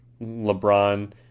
LeBron